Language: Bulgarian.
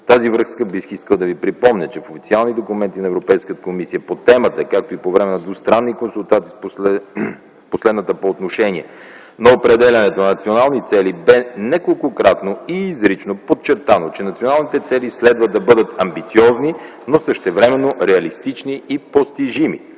тази връзка бих искал да Ви припомня, че в официални документи на Европейската комисия по темата, както и по време на двустранни консултации – последната по отношение на определянето на национални цели, бе неколкократно и изрично подчертано, че националните цели следва да бъдат амбициозни, но същевременно реалистични и постижими.